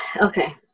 okay